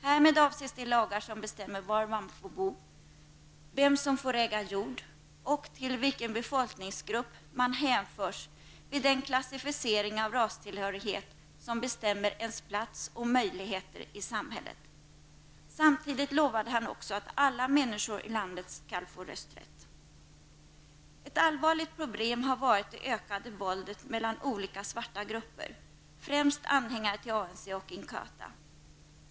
Härmed avses de lagar som bestämmer var man får bo, vem som får äga jord och till vilken befolkningsgrupp man hänförs vid den klassificering av rastillhörighet som bestämmer ens plats och möjligheter i samhället. Samtidigt lovade han också att alla människor i landet skall få rösträtt. Ett allvarligt problem har varit det ökade våldet mellan olika svarta grupper, främst anhängare till ANC och Inkhata.